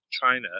China